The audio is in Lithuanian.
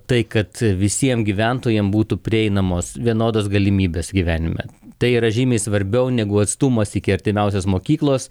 tai kad visiem gyventojam būtų prieinamos vienodos galimybės gyvenime tai yra žymiai svarbiau negu atstumas iki artimiausios mokyklos